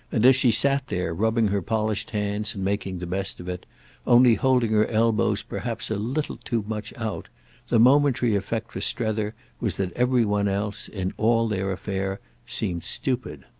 and as she sat there rubbing her polished hands and making the best of it only holding her elbows perhaps a little too much out the momentary effect for strether was that every one else, in all their affair, seemed stupid.